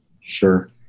Sure